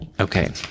Okay